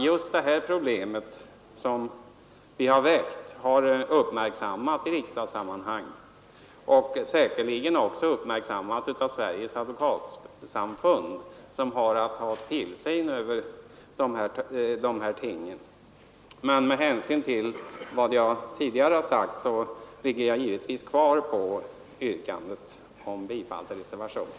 Just detta problem har därigenom uppmärksammats i riksdagssammanhang och säkerligen också av Sveriges Advokatsamfund, som har att öva tillsyn över dessa ting. Men med hänsyn till vad jag tidigare har sagt vidhåller jag givetvis mitt yrkande om bifall till reservationen.